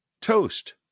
Toast